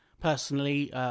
Personally